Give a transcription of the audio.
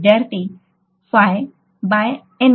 विद्यार्थीः phi by Ni